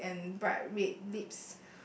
big and bright red lips